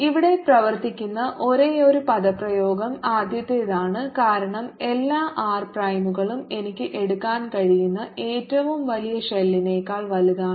ഇവിടെ പ്രവർത്തിക്കുന്ന ഒരേയൊരു പദപ്രയോഗം ആദ്യത്തേതാണ് കാരണം എല്ലാ r പ്രൈമുകളും എനിക്ക് എടുക്കാൻ കഴിയുന്ന ഏറ്റവും വലിയ ഷെല്ലിനേക്കാൾ വലുതാണ്